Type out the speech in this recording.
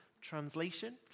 translation